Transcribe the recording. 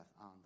on